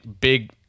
big